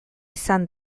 izan